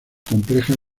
compleja